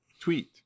tweet